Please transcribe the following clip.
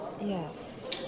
Yes